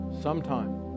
sometime